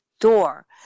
door